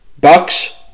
Bucks